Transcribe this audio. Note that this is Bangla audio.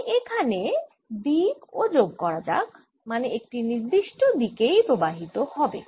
তাই এখানে দিক ও যোগ করা যাক মানে এটি নির্দিষ্ট দিকেই প্রবাহিত হবে